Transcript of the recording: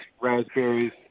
raspberries